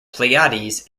pleiades